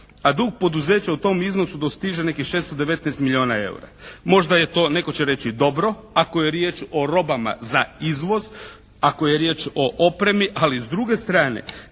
a dug poduzeća u tom iznosu dostiže nekih 619 milijuna EUR-a. Možda je to netko će reći dobro ako je riječ o robama za izvoz. Ako je riječ o opremi. Ali s druge strane